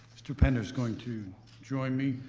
mr. pender's going to join me.